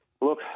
Look